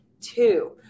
Two